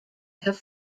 have